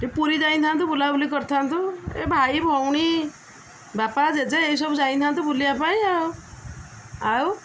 ଟିକେ ପୁରୀ ଯାଇଥାନ୍ତୁ ବୁଲାବୁଲି କରିଥାନ୍ତୁ ଏ ଭାଇ ଭଉଣୀ ବାପା ଜେଜେ ଏଇସବୁ ଯାଇଥାନ୍ତୁ ବୁଲିବା ପାଇଁ ଆଉ ଆଉ